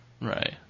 Right